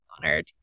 honored